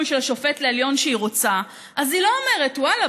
של השופט לעליון שהיא רוצה אז היא לא אומרת: ואללה,